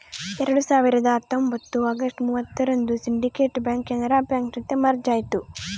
ಎರಡ್ ಸಾವಿರದ ಹತ್ತೊಂಬತ್ತು ಅಗಸ್ಟ್ ಮೂವತ್ತರಂದು ಸಿಂಡಿಕೇಟ್ ಬ್ಯಾಂಕ್ ಕೆನರಾ ಬ್ಯಾಂಕ್ ಜೊತೆ ಮರ್ಜ್ ಆಯ್ತು